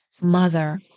mother